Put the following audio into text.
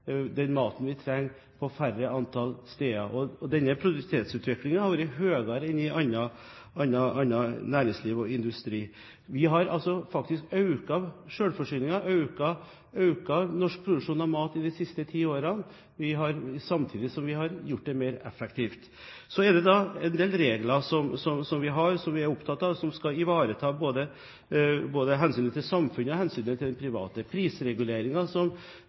den maten vi trenger, på færre antall steder. Denne produktivitetsutviklingen har vært høyere enn i annet næringsliv og i industrien. Vi har faktisk økt selvforsyningen, økt den norske produksjonen av mat i løpet av de siste ti årene, samtidig som vi har gjort det mer effektivt. Så har vi en del regler som vi er opptatt av, som skal ivareta både hensynet til samfunnet og hensynet til det private. Prisreguleringer, som